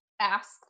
ask